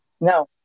No